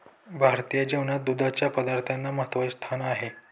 भारतीय जेवणात दुधाच्या पदार्थांना महत्त्वाचे स्थान आहे